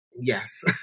Yes